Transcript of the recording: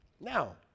Now